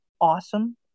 awesome